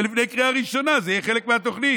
ולפני קריאה ראשונה זה יהיה חלק מהתוכנית.